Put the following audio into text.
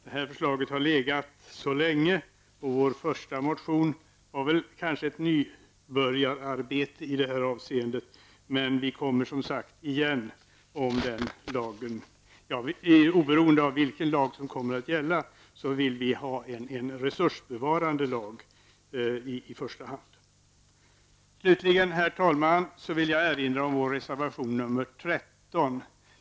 Detta förslag har legat länge, och vår första motion var kanske ett nybörjararbete i detta avseende, men vi återkommer som sagt. Oberoende av vilken lag som kommer att gälla vill vi i första hand ha en resursbevarande lag. Herr talman! Slutligen vill jag erinra om vår reservation nr 13.